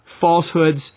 falsehoods